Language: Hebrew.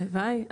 הלוואי,